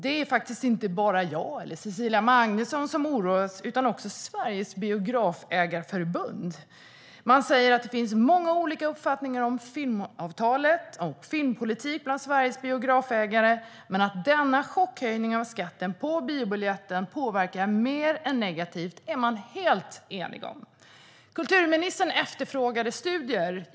Det är faktiskt inte bara jag eller Cecilia Magnusson som oroas utan också Sveriges Biografägareförbund. Man säger att det finns många olika uppfattningar om filmavtalet och filmpolitiken bland Sveriges biografägare, men att denna chockhöjning av skatten på biobiljetten påverkar mer än negativt är de helt eniga om. Kulturministern efterfrågade studier.